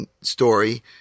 story